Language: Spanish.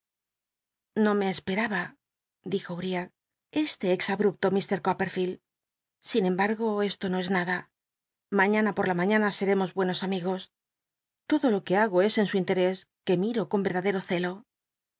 no me espeaba dijo uriah este ex abrupto m coppcrfield sin embargo esto no es nada mañana po la mañana setemos buenos amigos l'odo lo que hago es en su in terés que miro con verdacleo celo